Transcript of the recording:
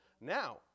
Now